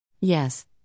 Yes